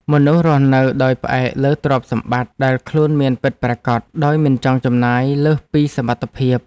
មនុស្សរស់នៅដោយផ្អែកលើទ្រព្យសម្បត្តិដែលខ្លួនមានពិតប្រាកដដោយមិនចង់ចំណាយលើសពីសមត្ថភាព។